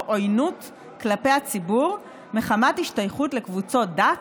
עוינות כלפי הציבור מחמת השתייכות לקבוצות דת,